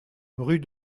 rue